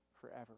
forever